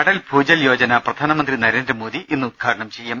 അടൽ ഭൂജൽ യോജന പ്രധാനമന്ത്രി നരേന്ദ്രമോദി ഇന്ന് ഉദ്ഘാടനം ചെയ്യും